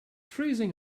freezing